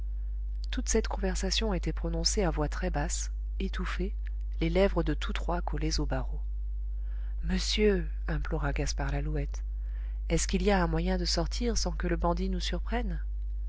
toute cette conversation était prononcée à voix très basse étouffée les lèvres de tous trois collées aux barreaux monsieur implora gaspard lalouette est-ce qu'il y a un moyen de sortir sans que le bandit nous surprenne